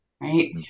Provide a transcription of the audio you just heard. right